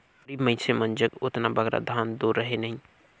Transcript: गरीब मइनसे मन जग ओतना बगरा धन दो रहें नई